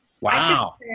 Wow